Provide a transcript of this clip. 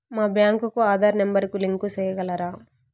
మా బ్యాంకు కు ఆధార్ నెంబర్ కు లింకు సేయగలరా?